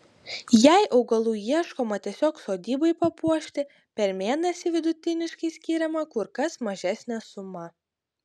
jei augalų ieškoma tiesiog sodybai papuošti per mėnesį vidutiniškai skiriama kur kas mažesnė suma